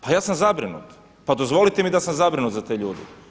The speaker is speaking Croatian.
Pa ja sam zabrinut, pa dozvolite mi da sam zabrinut za te ljude.